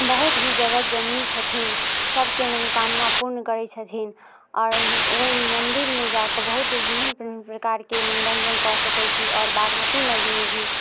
बहुत ही जगतजननी छथिन सबके मनोकामना पूर्ण करै छथिन आओर ओइ मन्दिरमे जाके बहुत ही विभिन्न विभिन्न प्रकारके मनोरञ्जन कऽ सकै छी आओर बागमती नदीमे भी